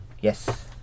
Yes